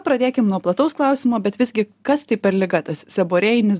pradėkim nuo plataus klausimo bet visgi kas tai per liga tas seborėjinis dermatitas